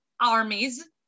armies